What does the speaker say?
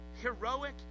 heroic